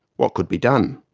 what could be done?